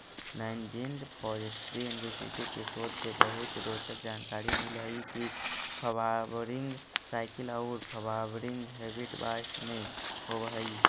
Nanjing forestry university के शोध से बहुत रोचक जानकारी मिल हई के फ्वावरिंग साइकिल औउर फ्लावरिंग हेबिट बास में होव हई